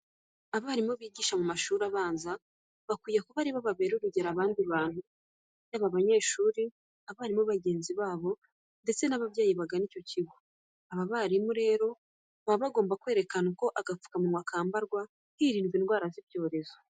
Abarimu bigisha mu mashuri abanza bakwiye kuba ari bo babera urugero abandi bantu yaba abanyeshuri, abarimu bagenzi babo ndetse n'ababyeyi bagana icyo kigo. Aba barimu rero, baba bagomba kwerekana uko agapfukamunwa kambarwa hirindwa indwara z'ibyorezo.